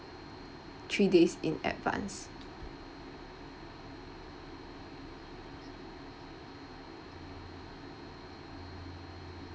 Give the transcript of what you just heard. three days in advance